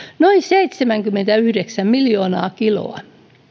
noin seitsemänkymmentäyhdeksän miljoonaa kiloa